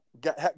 Got